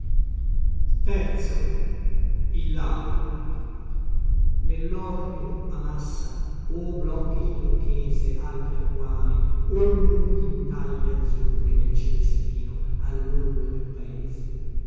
mia cena nellorto a massa o blocchi di turchese alpi apuane o lunghi intagli azzurri nel celestino allorlo del paese